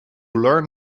learn